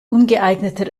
ungeeigneter